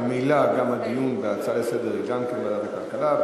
וממילא גם הדיון בהצעה לסדר-היום הוא בוועדת הכלכלה.